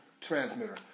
transmitter